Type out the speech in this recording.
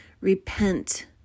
Repent